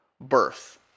birth